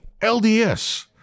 LDS